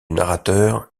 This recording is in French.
narrateur